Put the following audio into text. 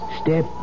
Step